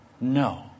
No